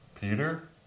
Peter